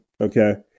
okay